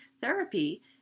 therapy